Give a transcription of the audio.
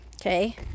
okay